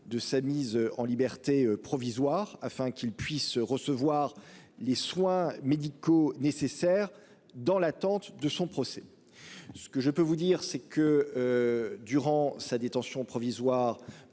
de sa mise en liberté provisoire, afin qu'il puisse recevoir les soins médicaux nécessaires dans l'attente de son procès. Ce que je peux vous dire, c'est que, durant sa détention provisoire,